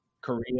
Korea